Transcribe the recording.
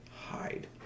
hide